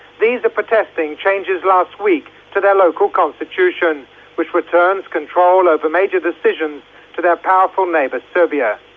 these are protesting changes last week to their local constitution which returns control over major decisions to their powerful neighbour, serbia.